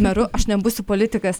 meru aš nebūsiu politikas